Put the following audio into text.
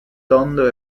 tondo